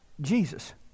Jesus